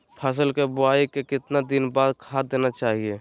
फसल के बोआई के कितना दिन बाद खाद देना चाइए?